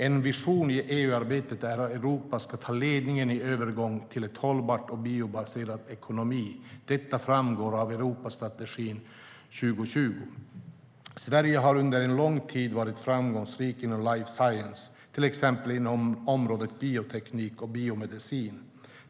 En vision i EU-arbetet är att Europa ska ta ledningen i övergången till en hållbar och biobaserad ekonomi. Detta framgår av Europa 2020-strategin. Sverige har under lång tid varit framgångsrikt inom life science, till exempel inom områdena bioteknik och biomedicin.